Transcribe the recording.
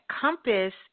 compass